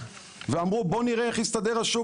ואמרו "בואו נראה איך יסתדר השוק,